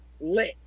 Lit